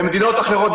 במדינות אחרות,